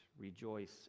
rejoice